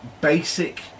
basic